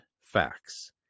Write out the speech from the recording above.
facts